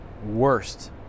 worst